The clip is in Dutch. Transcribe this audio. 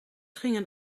gingen